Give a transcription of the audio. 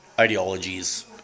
ideologies